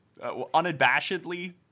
unabashedly